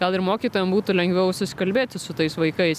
gal ir mokytojam būtų lengviau susikalbėti su tais vaikais